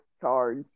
charge